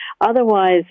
otherwise